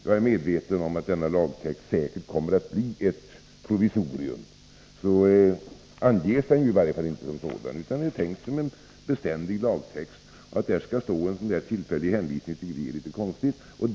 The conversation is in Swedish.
Jag är medveten om att denna lagtext kommer att bli ett provisorium, även om den inte anses vara sådant, utan lagtexten är tänkt som en beständig lagtext. Att i lagtexten skall stå en sådan där tillfällig hänvisning tycker vi är litet konstigt.